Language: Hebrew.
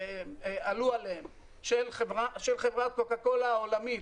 עלו עליהם של חברת קוקה קולה העולמית,